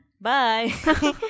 bye